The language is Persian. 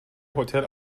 هتل